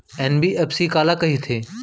NBFC काला कहिथे?